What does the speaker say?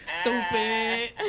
Stupid